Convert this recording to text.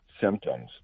symptoms